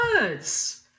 words